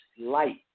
light